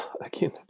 again